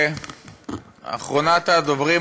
אחרונת הדוברים,